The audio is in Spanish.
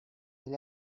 del